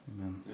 Amen